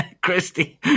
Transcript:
Christy